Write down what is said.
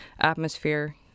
atmosphere